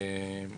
(שקף: